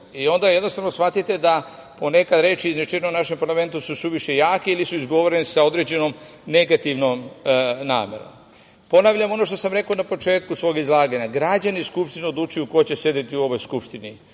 I onda jednostavno shvatite da po neka reč izrečena u našem parlamentu su suviše jake ili se izgovore sa određenom negativnom namerom. Ponavljam ono što sam rekao na početku svog izlaganja, građani Srbije odlučuju ko će sedeti u ovoj Skupštini,